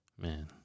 Man